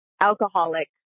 alcoholic